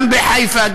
גם בחיפה,